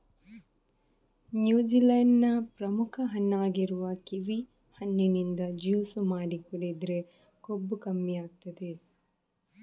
New Zealand ನ ಪ್ರಮುಖ ಹಣ್ಣಾಗಿರುವ ಕಿವಿ ಹಣ್ಣಿನಿಂದ ಜ್ಯೂಸು ಮಾಡಿ ಕುಡಿದ್ರೆ ಕೊಬ್ಬು ಕಮ್ಮಿ ಆಗ್ತದೆ